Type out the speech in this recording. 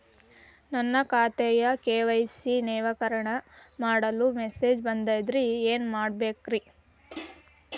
ನನ್ನ ಖಾತೆಯ ಕೆ.ವೈ.ಸಿ ನವೇಕರಣ ಮಾಡಲು ಮೆಸೇಜ್ ಬಂದದ್ರಿ ಏನ್ ಮಾಡ್ಬೇಕ್ರಿ?